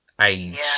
age